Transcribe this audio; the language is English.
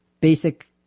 basic